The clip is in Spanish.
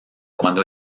cuando